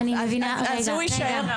(אומרת דברים בשפת הסימנים,